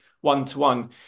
one-to-one